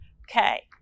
Okay